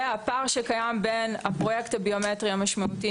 הפער שקיים בין הפרויקט הביומטרי המשמעותי,